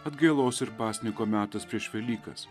atgailos ir pasninko metas prieš velykas